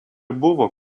buvo